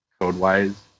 code-wise